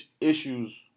issues